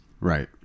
Right